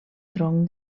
tronc